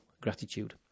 gratitude